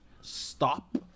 Stop